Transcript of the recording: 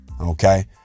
Okay